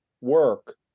work